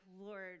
Lord